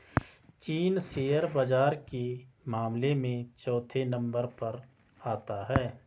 चीन शेयर बाजार के मामले में चौथे नम्बर पर आता है